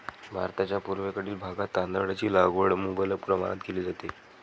भारताच्या पूर्वेकडील भागात तांदळाची लागवड मुबलक प्रमाणात केली जाते